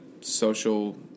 social